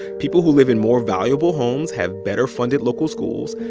people who live in more valuable homes have better-funded local schools,